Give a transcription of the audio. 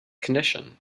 condition